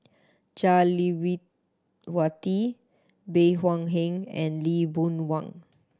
Jah Lelawati Bey Hua Heng and Lee Boon Wang